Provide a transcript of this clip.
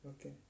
Okay